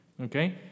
Okay